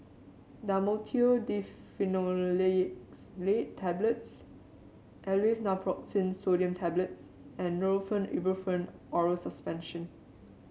Dhamotil Diphenoxylate Tablets Aleve Naproxen Sodium Tablets and Nurofen Ibuprofen Oral Suspension